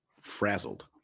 frazzled